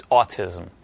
autism